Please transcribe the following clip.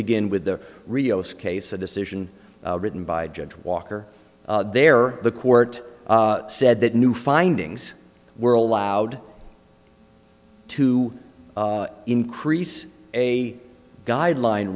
begin with the rios case a decision written by judge walker there the court said that new findings were allowed to increase a guideline